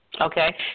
Okay